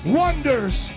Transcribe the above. wonders